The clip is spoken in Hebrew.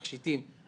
תכשיטים,